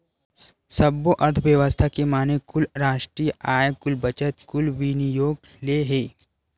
सब्बो अर्थबेवस्था के माने कुल रास्टीय आय, कुल बचत, कुल विनियोग ले हे